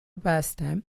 pastime